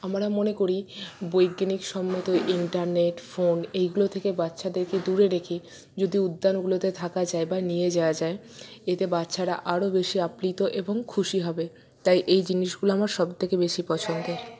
আমরা মনে করি বৈজ্ঞানিকসম্মত ইন্টারনেট ফোন এইগুলো থেকে বাচ্ছাদেরকে দূরে রেখে যদি উদ্যানগুলোতে থাকা যায় বা নিয়ে যাওয়া যায় এতে বাচ্ছারা আরও বেশি আপ্লিত এবং খুশি হবে তাই এই জিনিসগুলো আমার সবথেকে বেশি পছন্দের